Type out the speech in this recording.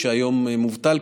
שהיום מובטל,